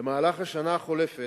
במהלך השנה החולפת,